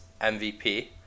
MVP